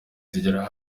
zigera